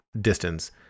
distance